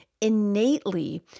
innately